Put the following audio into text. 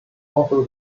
also